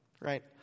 right